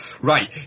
right